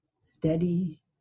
steady